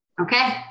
Okay